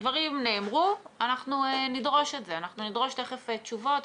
אנחנו נדרוש תכף תשובות.